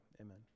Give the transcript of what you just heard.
amen